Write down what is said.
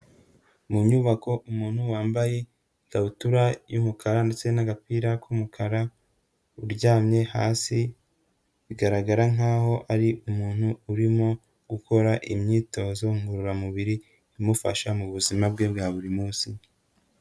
Mu nyubako umuntu wambaye ikabutura y'umukara ndetse n'agapira k'umukara uryamye hasi, bigaragara nk'aho ari umuntu urimo gukora imyitozo ngororamubiri imufasha mu buzima bwe bwa buri munsi.